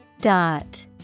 Dot